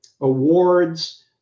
awards